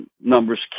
numbers